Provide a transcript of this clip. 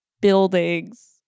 buildings